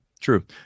True